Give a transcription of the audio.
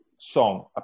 Song